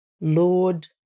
Lord